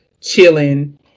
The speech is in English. chilling